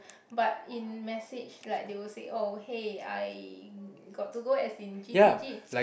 but in message like they would say oh hey I got to go as in G_T_G